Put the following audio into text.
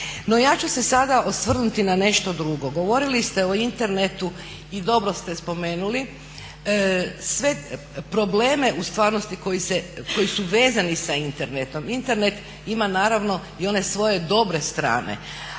No, ja ću se sada osvrnuti na nešto drugo. Govorili ste o internetu i dobro ste spomenuli. Sve probleme u stvarnosti koji su vezani za internetom, Internet ima naravno i one svoje dobre strane.